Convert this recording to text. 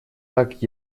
так